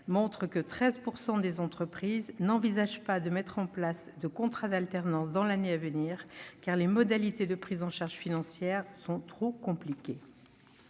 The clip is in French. montre que 13 % des entreprises n'envisagent pas de mettre en place de contrats d'alternance dans l'année à venir, car les modalités de prise en charge financière sont trop compliquées.